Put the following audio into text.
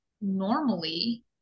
normally